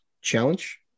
challenge